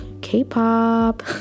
k-pop